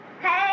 Hey